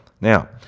Now